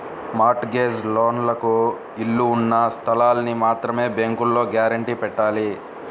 mart gauge లోన్లకు ఇళ్ళు ఉన్న స్థలాల్ని మాత్రమే బ్యేంకులో గ్యారంటీగా పెట్టాలి